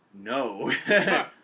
no